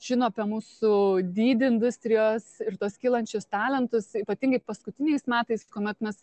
žino apie mūsų dydį industrijos ir tuos kylančius talentus ypatingai paskutiniais metais kuomet mes